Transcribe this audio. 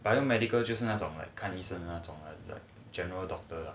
biomedical 就是那种看医生那种 general doctor